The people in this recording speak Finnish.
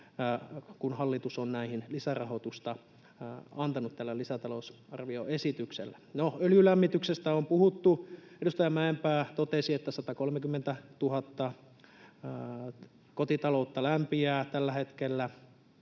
kun hallitus on näihin lisärahoitusta antanut tällä lisätalousarvioesityksellä. No, öljylämmityksestä on puhuttu. Edustaja Mäenpää totesi, että 130 000 kotitaloutta lämpiää tällä hetkellä